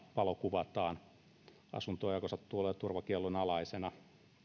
valokuvataan asuntoa joka sattuu olemaan turvakiellon alaisena